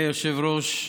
אדוני היושב-ראש,